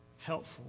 Helpful